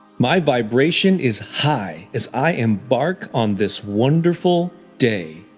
my vibration is high as i embark on this wonderful day.